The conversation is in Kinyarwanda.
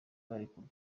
barekurwa